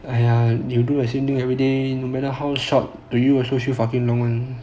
!aiya! you do the same thing everyday no matter how short you also feel fucking long